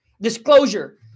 disclosure